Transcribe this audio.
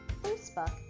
Facebook